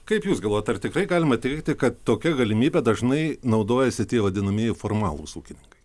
kaip jūs galvojat ar tikrai galima teigti kad tokia galimybe dažnai naudojasi tie vadinamieji formalūs ūkininkai